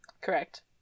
correct